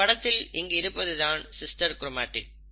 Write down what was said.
இந்த படத்தில் இங்கு இருப்பது தான் சிஸ்டர் க்ரோமாடிட்